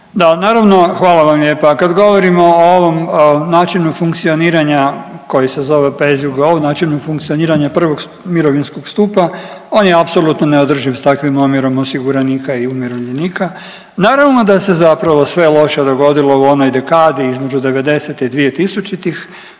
naravno, hvala vam lijepa, kad govorimo o ovom načinu funkcioniranja koji se zove …/Govornik se ne razumije/…načinu funkcioniranja prvog mirovinskog stupa, on je apsolutno neodrživ s takvim omjerom osiguranika i umirovljenika. Naravno da se zapravo sve loše dogodilo u onoj dekadi između '90.-te i 2000.-tih